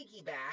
piggyback